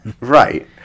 Right